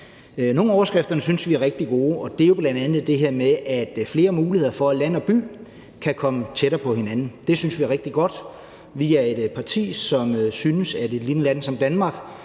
Nogle af overskrifterne synes vi er rigtig gode, og det er jo bl.a. det her med flere muligheder for, at land og by kan komme tættere på hinanden. Det synes vi er rigtig godt. Vi er et parti, som synes, at vi i et lille land som Danmark